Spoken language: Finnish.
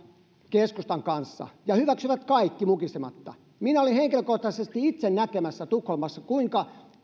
keskustan kanssa ja hyväksyivät kaiken mukisematta minä olin henkilökohtaisesti itse näkemässä tukholmassa kuinka